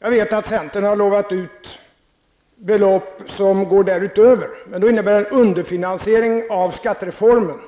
Jag vet att centern har lovat ut belopp som går därutöver. Men det innebär en underfinansiering av skattereformen